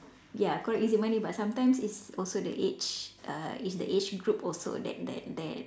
ya correct it's money but sometimes it's also the age uh it's the age group also that that that